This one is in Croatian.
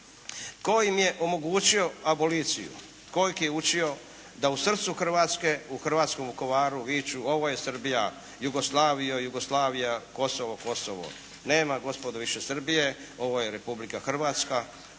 Tko im je omogućio aboliciju? Tko ih je učio da u srcu Hrvatske, u hrvatskom Vukovaru viču "Ovo je Srbija! Jugoslavija, Jugoslavija! Kosovo, Kosovo!". Nema gospodo više Srbije, ovo je Republika Hrvatska